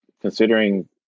considering